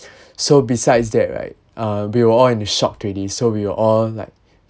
so besides that right uh we were all in a shock already so we were all like